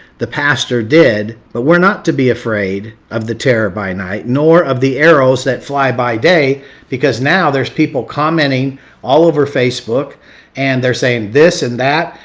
the pastor did, but we're not to be afraid of the terror by night, nor of the arrows that fly by day because now there's people commenting all over facebook and they're saying this and that.